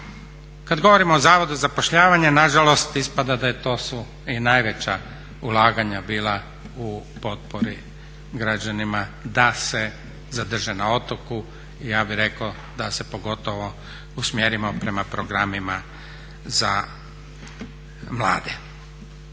Kad govorimo o Zavodu za zapošljavanje nažalost ispada da to su i najveća ulaganja bila u potpori građanima da se zadrže na otoku i ja bih rekao da se pogotovo usmjerimo prema programima za Vlade.